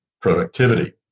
Productivity